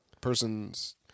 persons